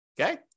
Okay